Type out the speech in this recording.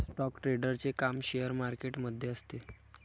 stock ट्रेडरचे काम share market मध्ये असते